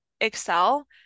excel